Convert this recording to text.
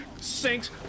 Sinks